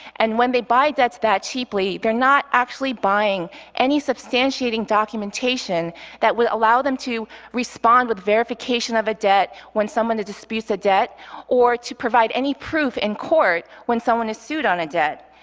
and when they buy debts that cheaply, they are not actually buying any substantiating documentation that would allow them to respond with verification of a debt when someone disputes a debt or to provide any proof in court when someone is sued on a debt.